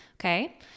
Okay